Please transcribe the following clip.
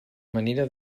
manera